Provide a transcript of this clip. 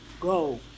go